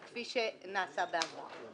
אניח עוסק בתחום עשרות שנים ואני לא רואה איך